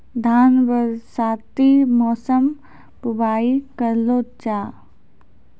धान बरसाती मौसम बुवाई करलो जा?